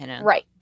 Right